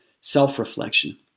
self-reflection